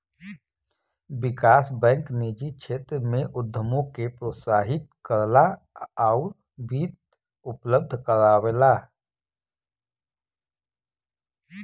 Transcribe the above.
विकास bank निजी क्षेत्र में उद्यमों के प्रोत्साहित करला आउर वित्त उपलब्ध करावला